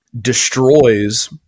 destroys